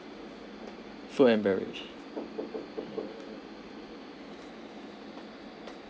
food and beverage